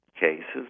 cases